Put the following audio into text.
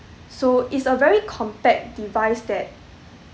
so it's a very compact device that